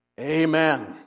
Amen